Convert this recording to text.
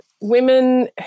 women